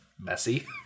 messy